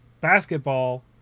basketball